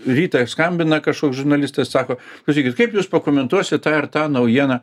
rytą skambina kažkoks žurnalistas sako klausykit kaip jūs pakomentuosit tą ar tą naujieną